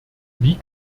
wie